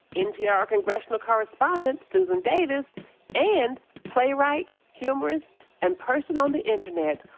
npr congressional correspondent susan davis and playwright, humorist and person on the internet,